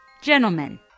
Gentlemen